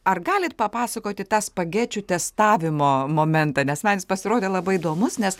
ar galit papasakoti tą spagečių testavimo momentą nes man jis pasirodė labai įdomus nes